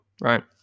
right